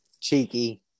cheeky